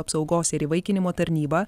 apsaugos ir įvaikinimo tarnyba